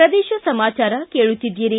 ಪ್ರದೇಶ ಸಮಾಚಾರ ಕೇಳುತ್ತೀದ್ದಿರಿ